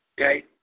Okay